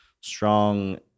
strong